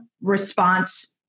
response